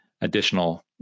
additional